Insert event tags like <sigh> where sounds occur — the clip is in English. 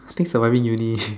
I think surviving uni <laughs>